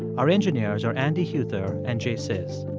our engineers are andy huether and jay sciz.